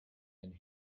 and